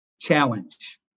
challenge